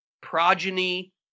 progeny